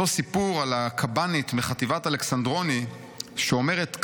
אותו סיפור על הקב"נית מחטיבת אלכסנדרוני שאומרת,